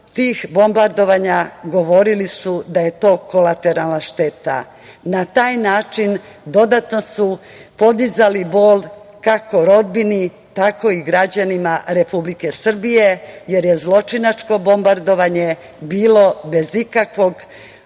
tih bombardovanja govorili su da je to kolateralna šteta. Na taj način dodatno su podizali bol kako rodbini, tako i građanima Republike Srbije, jer je zločinačko bombardovanje bilo bez ikakvog